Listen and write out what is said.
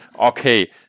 okay